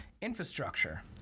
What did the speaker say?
Infrastructure